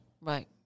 Right